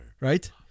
Right